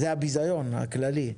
זה הביזיון הכללי.